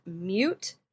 mute